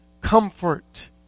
comfort